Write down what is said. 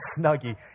Snuggie